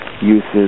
uses